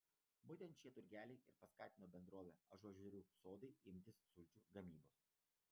būtent šie turgeliai ir paskatino bendrovę ažuožerių sodai imtis sulčių gamybos